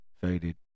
Faded